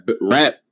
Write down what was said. rap